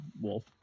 Wolf